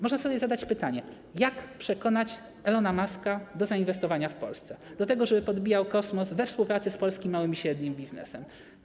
Można sobie zadać pytanie: Jak przekonać Elona Muska do zainwestowania w Polsce, do tego, żeby podbijał kosmos we współpracy z polskim małym i średnim biznesem?